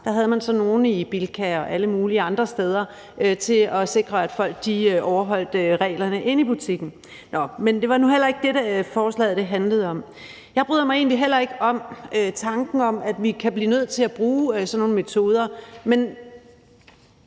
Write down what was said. Da havde man sådan nogle i Bilka og alle mulige andre steder til at sikre, at folk overholdt reglerne inde i butikken. Nå, men det er heller ikke det, forslaget handler om. Jeg bryder mig egentlig heller ikke om tanken om, at vi kan blive nødt til at bruge sådan nogle metoder, men